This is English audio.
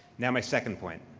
now my second plan,